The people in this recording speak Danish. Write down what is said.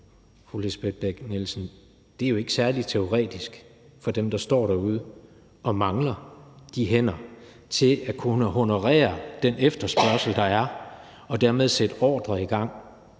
fru Lisbeth Bech-Nielsen, er jo ikke særlig teoretisk for dem, der står derude og mangler de hænder til at kunne honorere den efterspørgsel, der er, og dermed sætte ordrer i gang